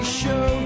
show